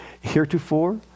heretofore